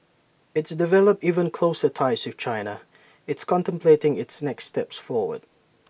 it's developed even closer ties with China it's contemplating its next steps forward